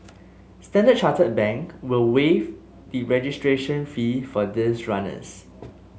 Standard Chartered Bank will waive the registration fee for these runners